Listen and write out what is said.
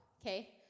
okay